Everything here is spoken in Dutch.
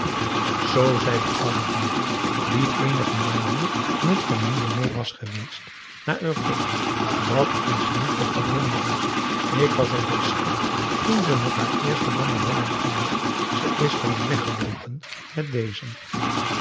zei een oude baboe die eenige malen met familie's meê was geweest naar europa dat is niet te verwonderen ik was op het schip toen ze met haar eersten man naar holland ging ze is van hem weggeloopen met dezen